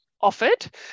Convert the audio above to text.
offered